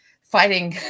fighting